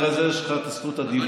אחרי זה יש לך את זכות הדיבור.